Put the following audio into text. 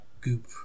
goop